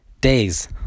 days